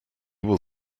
will